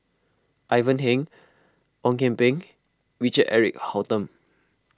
Ivan Heng Ong Kian Peng Richard Eric Holttum